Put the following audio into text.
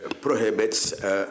prohibits